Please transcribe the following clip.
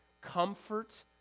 comfort